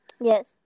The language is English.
Yes